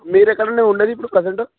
మీరే కడంే ఉండది ఇప్పుడు ప్రజెంటర్